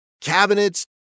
cabinets